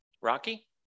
Rocky